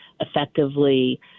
effectively